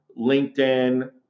LinkedIn